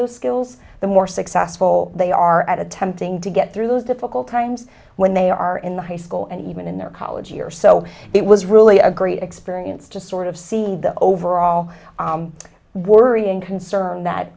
those skills the more successful they are at attempting to get through those difficult times when they are in high school and even in their college years so it was really a great experience to sort of see the overall worry and concern that